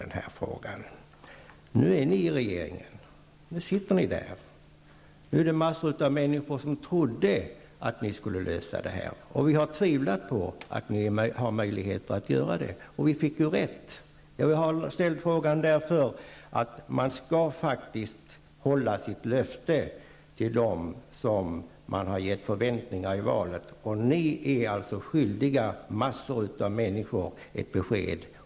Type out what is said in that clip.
Nu sitter moderaterna i regeringen. Nu är det massor av människor som trodde att ni skulle lösa denna fråga. Vi har tvivlat på att ni skulle ha möjlighet att göra det, och vi fick rätt. Jag ställde denna fråga därför att man faktiskt skall hålla sina löften till dem som man har gett förväntningar i valrörelsen. Och ni är alltså skyldiga massor av människor ett besked.